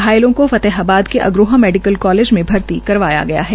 घायलों को फतेहाबाद के अग्रोहा मेडिकल कालेज में भर्ती करवाया गया है